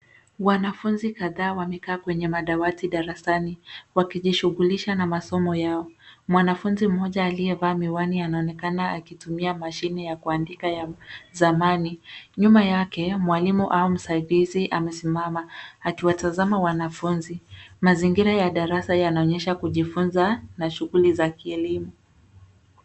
Wanafunzi kadhaa wamekaa kwenye madawati darasani, wakijishughulisha na masomo yao. Mwanafunzi mmoja aliyevaa miwani anaonekana akitumia mashine ya kuandika ya zamani. Nyuma yake, mwalimu au msaidizi amesimama, akiwatazama wanafunzi. Mazingira ya darasa yanaonyesha kujifunza na shughuli za kielimu.